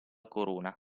corona